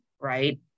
right